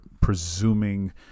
presuming